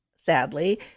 sadly